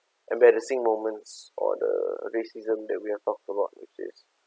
embarrassing moments or the racism that we have talked about which is